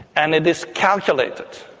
and it is calculated.